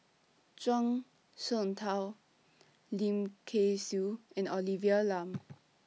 Zhuang Shengtao Lim Kay Siu and Olivia Lum